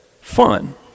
fun